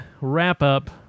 wrap-up